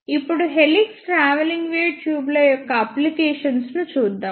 ఇప్పుడు helix travelling wave ట్యూబ్ల యొక్క అప్లికేషన్స్ ను చూద్దాం